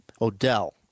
Odell